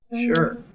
Sure